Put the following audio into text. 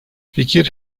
fikir